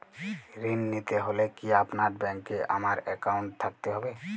ঋণ নিতে হলে কি আপনার ব্যাংক এ আমার অ্যাকাউন্ট থাকতে হবে?